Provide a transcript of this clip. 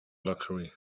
luxury